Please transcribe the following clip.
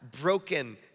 broken